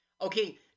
Okay